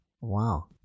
wow